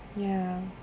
ya